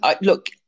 look